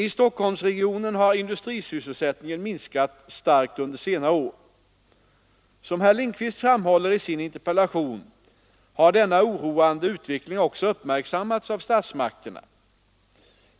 Inom Stockholmsregionen har industrisysselsättningen minskat starkt under senare år. Som herr Lindkvist framhåller i sin interpellation har denna oroande utveckling också uppmärksammats av statsmakterna.